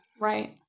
right